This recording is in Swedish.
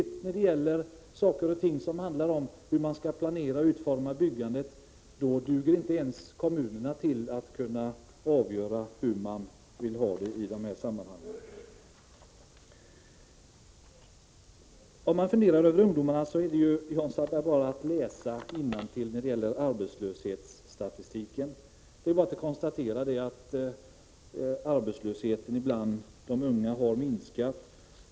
Men när det gäller saker och ting som handlar om hur man skall planera och utforma byggandet, då duger helt plötsligt kommunerna inte ens till att avgöra hur de skall ha det. Om man funderar över ungdomarnas situation kan man läsa innantill i arbetslöshetsstatistiken. Man kan då konstatera att arbetslösheten bland de unga har minskat.